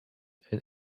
and